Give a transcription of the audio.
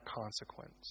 consequence